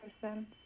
person